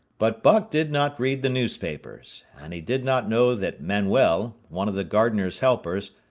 but buck did not read the newspapers, and he did not know that manuel, one of the gardener's helpers,